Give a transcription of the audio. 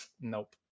nope